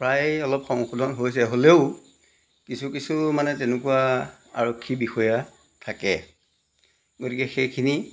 প্ৰায় অলপ সংশোধন হৈছে হ'লেও কিছু কিছু মানে তেনেকুৱা আৰক্ষী বিষয়া থাকে গতিকে সেইখিনি